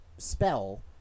spell